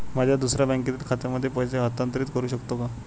माझ्या दुसऱ्या बँकेतील खात्यामध्ये पैसे हस्तांतरित करू शकतो का?